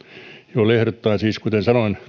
joille ehdotetaan siis kuten sanoin